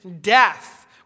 death